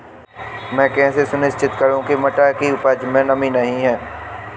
मैं कैसे सुनिश्चित करूँ की मटर की उपज में नमी नहीं है?